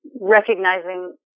recognizing